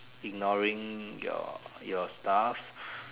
ignoring your your stuff